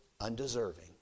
undeserving